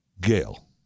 Gail